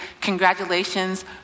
Congratulations